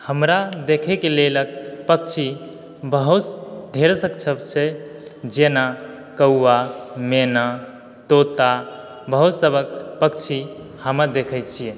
हमरा देखैक लेल पक्षी बहुत ढेर सब छै जेना कौआ मैना तोता बहुत सब पक्षी हमऽ देखै छियै